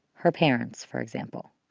her parents, for example